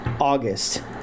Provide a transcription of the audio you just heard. August